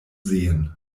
sehen